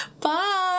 Bye